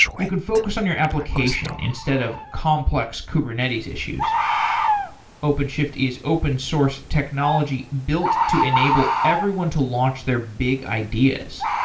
you can focus on your application instead of complex kubernetes issues openshift is open source technology built to enable everyone to launch their big ideas.